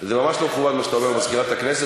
זה ממש לא מכובד מה שאתה אומר על מזכירת הכנסת,